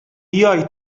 بیای